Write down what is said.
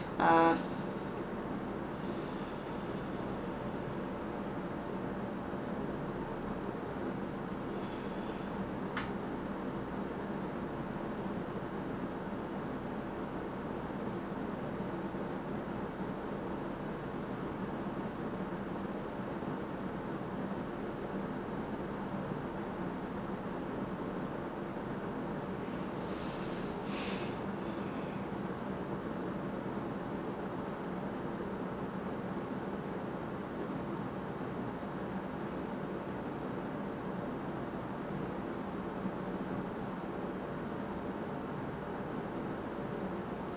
uh